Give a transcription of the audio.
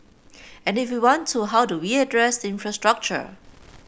and if we want to how do we address infrastructure